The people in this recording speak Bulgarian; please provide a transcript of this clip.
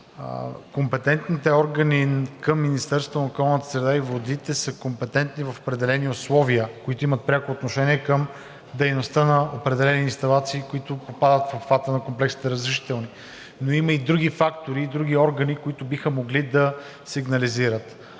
околната среда и водите са компетентни в определени условия, които имат пряко отношение към дейността на определени инсталации, които попадат в обхвата на комплексните разрешителни. Но има и други фактори и други органи, които биха могли да сигнализират.